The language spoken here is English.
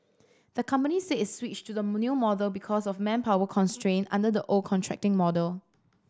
the company said it switched to the new model because of manpower constraint under the old contracting model